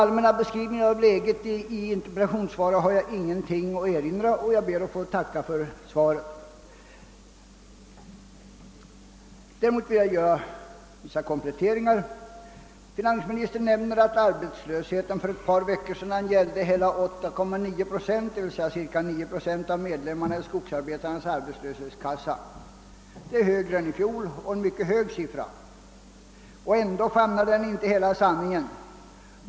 I fråga om interpellationssvarets allmänna beskrivning av läget har jag ingenting att invända och jag ber att få tacka för svaret. Däremot vill jag göra vissa kompletteringar. Finansministern nämner att arbetslösheten för ett par veckor sedan gällde cirka 9 procent av medlemmarna i Skogsarbetarnas arbetslöshetskassa. Det är en högre siffra än i fjol — den är mycket hög. Ändå famnar den inte hela sanningen.